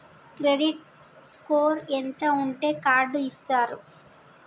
Credit score ఎంత ఉంటే card ఇస్తారు?